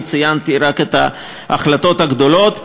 אני ציינתי רק את ההחלטות הגדולות.